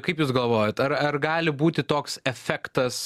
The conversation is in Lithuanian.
kaip jūs galvojat ar ar gali būti toks efektas